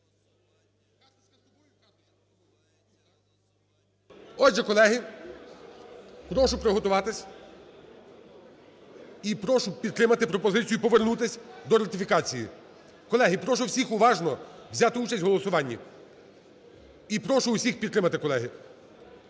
Отже, колеги, прошу приготуватись і прошу підтримати пропозицію повернутися до ратифікації. Колеги, прошу всіх уважно взяти участь у голосуванні і прошу всіх підтримати, колеги.